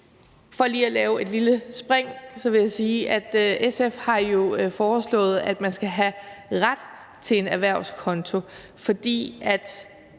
For lige at lave et lille spring vil jeg sige, at SF jo har foreslået, at man skal have ret til en erhvervskonto. På trods